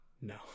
no